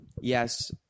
yes